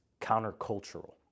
countercultural